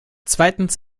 zweitens